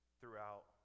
throughout